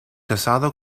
casado